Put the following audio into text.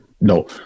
no